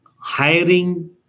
hiring